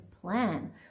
plan